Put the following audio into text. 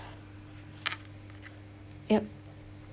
yup